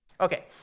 Okay